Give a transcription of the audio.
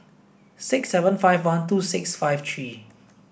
six seven five one two six five three